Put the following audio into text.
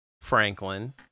Franklin